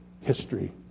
history